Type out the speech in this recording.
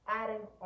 adding